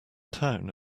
town